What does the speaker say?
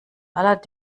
aller